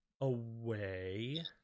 away